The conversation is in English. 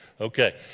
Okay